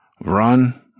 run